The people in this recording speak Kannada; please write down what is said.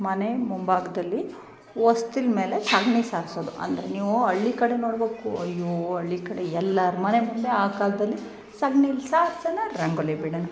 ಮನೆ ಮುಂಭಾಗ್ದಲ್ಲಿ ಹೊಸ್ತಿಲ್ ಮೇಲೆ ಸಗಣಿ ಸಾರಿಸೋದು ಅಂದರೆ ನೀವು ಹಳ್ಳಿ ಕಡೆ ನೋಡ್ಬೇಕು ಅಯ್ಯೋ ಹಳ್ಳಿ ಕಡೆ ಎಲ್ಲಾರ ಮನೆ ಮುಂದೆ ಆ ಕಾಲದಲ್ಲಿ ಸಗ್ಣೀಲಿ ಸಾರ್ಸೋಣ ರಂಗೋಲಿ ಬಿಡೋಣ